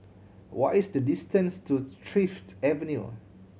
what is the distance to Thrift